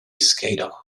skater